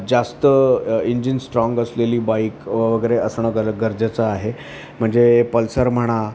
जास्त engine strong असलेली bike वगैरे असणं गर गरजेचं आहे म्हणजे पल्सर म्हणा